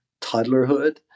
toddlerhood